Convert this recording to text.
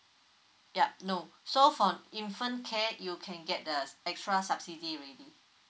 yup no so for infant care you can get the extra subsidy already